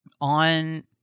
on